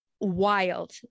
wild